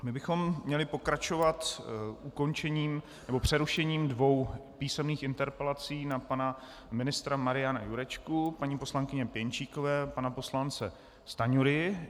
My bychom měli pokračovat přerušením dvou písemných interpelací na pana ministra Mariana Jurečku paní poslankyně Pěnčíkové a pana poslance Stanjury.